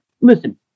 listen